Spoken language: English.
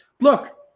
look